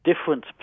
different